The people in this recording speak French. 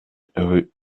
rue